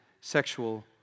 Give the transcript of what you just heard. sexual